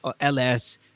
LS